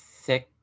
six